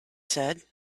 said